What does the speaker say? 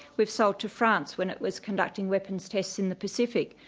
we've sold to france when it was conducting weapons tests in the pacific,